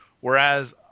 Whereas